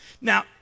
Now